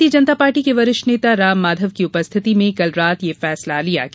भारतीय जनता पार्टी के वरिष्ठ नेता राम माधव की उपस्थिति में कल रात यह फैसला लिया गया